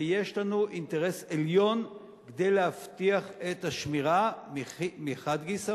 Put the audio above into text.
ויש לנו אינטרס עליון להבטיח את השמירה עליו מחד גיסא,